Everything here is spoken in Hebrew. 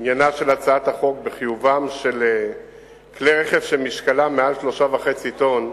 עניינה של הצעת החוק בחיוב כלי רכב שמשקלם מעל 3.5 טונות,